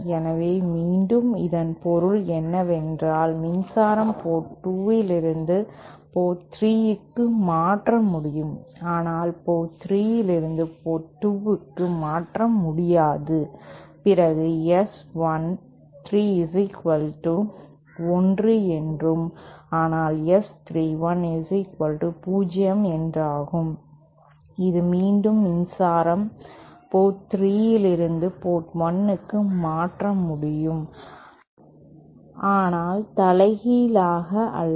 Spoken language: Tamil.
எனவே மீண்டும் இதன் பொருள் என்னவென்றால் மின்சாரம் போர்ட் 2 இலிருந்து போர்ட் 3 க்கு மாற்ற முடியும் ஆனால் போர்ட் 3 இலிருந்து போர்ட் 2 க்கு மாற்ற முடியாது பிறகு S 13 1 என்றும் ஆனால் S 31 0 என்றாகும் இது மீண்டும் மின்சாரம் போர்ட் 3 இலிருந்து போர்ட் 1 க்கு மாற்ற முடியும் ஆனால் தலைகீழாக அல்ல